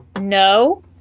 No